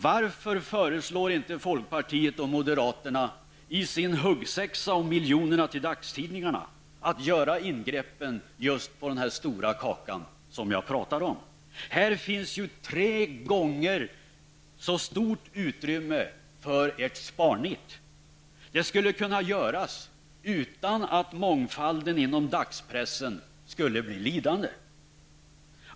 Varför föreslår inte folkpartiet och moderaterna i sin huggsexa om miljonerna till dagstidningarna att göra ingreppen på den stora kakan som jag talade om? Här finns ju minst tre gånger så stort utrymme för sparnit. Det skulle kunna göras utan att mångfalden inom dagspressen blir lidande.